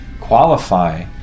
qualify